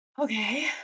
Okay